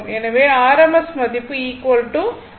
எனவே rms மதிப்பு Vm √ 2